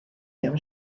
him